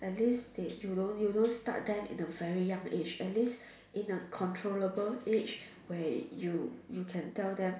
at least they you don't you don't start them in a very young age at least in a controllable age where you you can tell them